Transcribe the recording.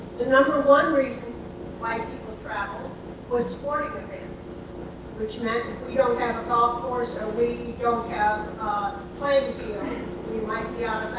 the number one reason why people travel was sporting events which meant if we don't have a golf course or we don't have playing fields, we might be